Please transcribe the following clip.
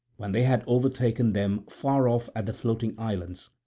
when they had overtaken them far off at the floating islands,